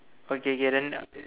okay K then